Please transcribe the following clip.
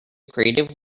creative